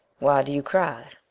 why do you cry?